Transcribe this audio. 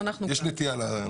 כן.